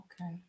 okay